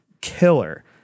killer